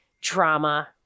drama